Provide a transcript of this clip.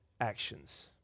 actions